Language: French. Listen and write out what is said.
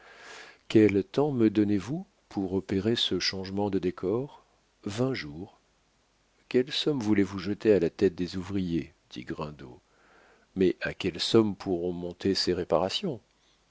quel temps me donnez-vous pour opérer ce changement de décor vingt jours quelle somme voulez-vous jeter à la tête des ouvriers dit grindot mais à quelle somme pourront monter ces réparations